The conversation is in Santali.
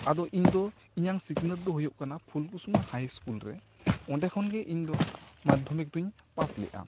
ᱟᱫᱚ ᱤᱧ ᱫᱚ ᱤᱧᱟᱹᱜ ᱥᱤᱠᱷᱱᱟᱹᱛ ᱫᱚ ᱦᱩᱭᱩᱜ ᱠᱟᱱᱟ ᱯᱷᱩᱞᱠᱩᱥᱢᱟ ᱦᱟᱭ ᱤᱥᱠᱩᱞ ᱨᱮ ᱚᱸᱰᱮ ᱠᱷᱚᱱ ᱜᱮ ᱤᱧ ᱫᱚ ᱢᱟᱫᱷᱭᱚᱢᱤᱠ ᱫᱚ ᱧ ᱯᱟᱥ ᱞᱮᱫᱟ